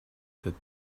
that